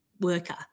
worker